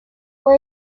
fue